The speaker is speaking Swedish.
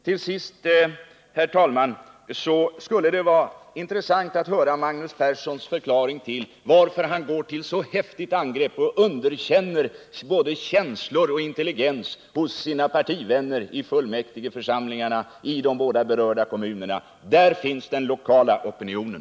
Till sist, herr talman, skulle det vara intressant att höra Magnus Persson förklara varför han går till så kraftigt angrepp och underkänner både känslor och intelligens hos sina partivänner i fullmäktigeförsamlingarna i de båda berörda kommunerna. Där finns den lokala opinionen.